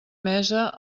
mesa